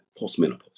Postmenopause